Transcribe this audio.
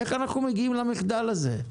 איך אנחנו מגיעים למחדל הזה?